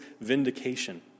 vindication